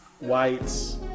whites